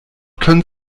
können